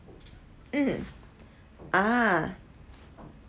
mm ah